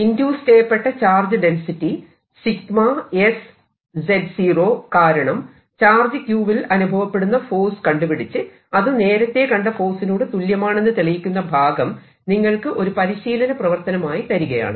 induce ചെയ്യപ്പെട്ട charge density 𝜎 | z0 കാരണം charge q വിൽ അനുഭവപ്പെടുന്ന ഫോഴ്സ് കണ്ടുപിടിച്ച് അത് നേരത്തെ കണ്ട ഫോഴ്സിനോട് തുല്യമാണെന്ന് തെളിയിക്കുന്ന ഭാഗം നിങ്ങൾക്ക് ഒരു പരിശീലന പ്രവർത്തനമായി തരികയാണ്